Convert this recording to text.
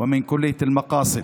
וממכללת אל-מקאסד: